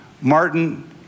Martin